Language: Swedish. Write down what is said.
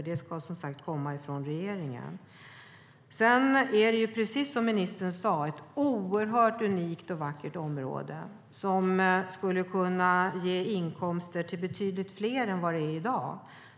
Det ska, som sagt, komma från regeringen. Det är, precis som ministern sade, ett oerhört unikt och vackert område som skulle kunna ge inkomster till betydligt fler än i dag.